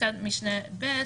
ובפסקת משנה (ב),